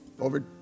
over